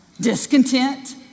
discontent